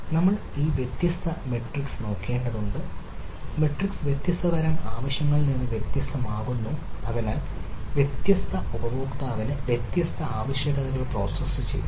നമ്മൾ ഈ വ്യത്യസ്ത മാട്രിക്സ് നോക്കേണ്ടതുണ്ട് മാട്രിക്സ് വ്യത്യസ്ത തരം ആവശ്യകതകളിൽ നിന്ന് വ്യത്യസ്തമാകുന്നത് അതിനാൽ വ്യത്യസ്ത ഉപയോക്താവിന് വ്യത്യസ്ത ആവശ്യകതകൾ പ്രോസസ്സ് ചെയ്യാം